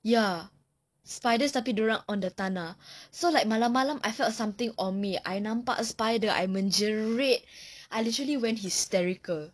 ya spiders tapi dia orang on the tanah so like malam-malam I felt something on me I nampak spider I menjerit I literally went hysterical